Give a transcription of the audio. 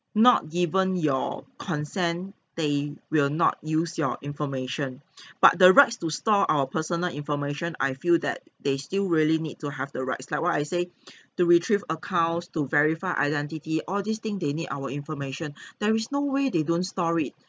not given your consent they will not use your information but the rights to store our personal information I feel that they still really need to have the rights like what I say to retrieve accounts to verify identity all this thing they need our information there is no way they don't store it